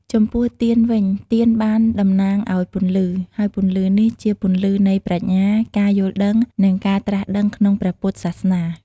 ចំំពោះទៀនវិញ ទៀនបានតំណាងឲ្យពន្លឺ ហើយពន្លឺនេះជាពន្លឺនៃប្រាជ្ញា ការយល់ដឹង និងការត្រាស់ដឹងក្នុងព្រះពុទ្ធសាសនា។